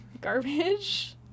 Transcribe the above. garbage